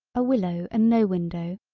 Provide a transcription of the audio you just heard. a willow and no window,